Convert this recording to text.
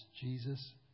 Jesus